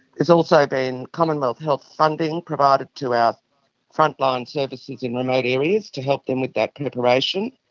has also been commonwealth health funding provided to our frontline services in remote areas to help them with that preparation,